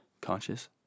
Conscious